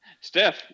Steph